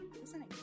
Listening